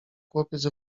chłopiec